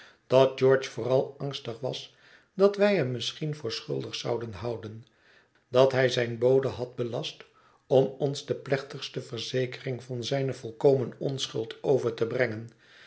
dat george vooral angstig was dat wij hem misschien voor schuldig zouden houden dat hij zijn bode had belast om ons de plechtigste verzekering van zijne volkomene onschuld over te brengen